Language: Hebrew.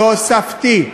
תוספתי.